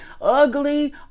ugly